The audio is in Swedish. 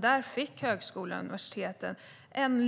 Då fick högskolorna och universiteten